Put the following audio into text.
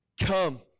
Come